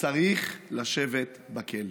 צריך לשבת בכלא.